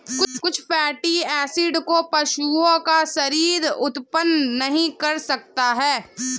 कुछ fatty acid को पशुओं का शरीर उत्पन्न नहीं कर सकता है